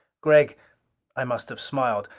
gregg i must have smiled.